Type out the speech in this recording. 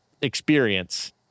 experience